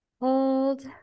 Hold